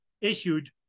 issued